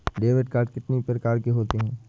Debit card कितनी प्रकार के होते हैं?